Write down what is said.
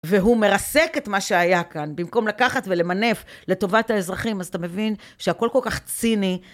והוא מרסק את מה שהיה כאן, במקום לקחת ולמנף לטובת האזרחים. אז אתה מבין שהכל כל כך ציני.